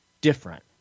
different